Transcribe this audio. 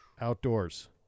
outdoors